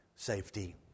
safety